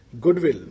goodwill